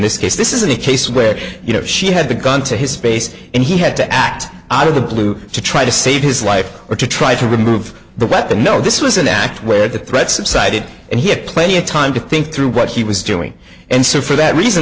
this case this isn't a case where you know she had the gun to his face and he had to act out of the blue to try to save his life or to try to remove the weapon no this was an act where the threat subsided and he had plenty of time to think through what he was doing and so for that reason